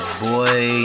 boy